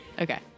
okay